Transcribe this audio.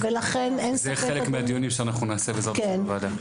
אין ספק זה חלק מהדיונים שאנחנו נעשה בעזרת ה' בוועדה.